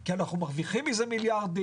כי אנחנו מרווחים מזה מיליארדים,